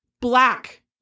Black